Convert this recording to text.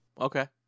okay